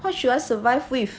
what should I survive with